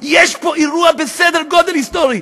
יש פה אירוע בסדר גודל היסטורי.